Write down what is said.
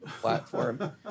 platform